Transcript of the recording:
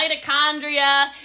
mitochondria